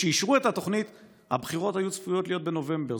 כשאישרו את התוכנית הבחירות היו צפויות להיות בנובמבר,